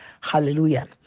Hallelujah